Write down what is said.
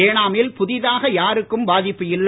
ஏனாமில் புதிதாக யாருக்கும் பாதிப்பு இல்லை